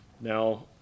Now